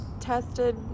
tested